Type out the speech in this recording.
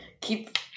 keep